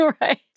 Right